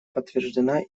подтверждена